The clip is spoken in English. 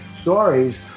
stories